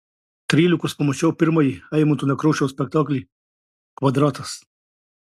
trylikos pamačiau pirmąjį eimunto nekrošiaus spektaklį kvadratas